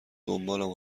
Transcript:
دنبالم